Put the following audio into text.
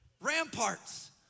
Ramparts